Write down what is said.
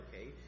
okay